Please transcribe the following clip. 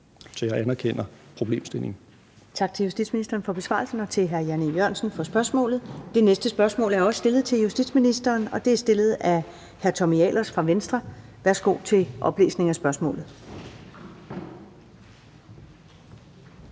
(Karen Ellemann): Tak til justitsministeren for besvarelsen og til hr. Jan E. Jørgensen for spørgsmålet. Det næste spørgsmål er også stillet til justitsministeren, og det er stillet af hr. Tommy Ahlers fra Venstre. Kl. 13:33 Spm. nr.